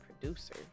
producer